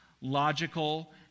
logical